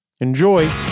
Enjoy